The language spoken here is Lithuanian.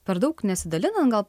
per daug nesidalinant atgal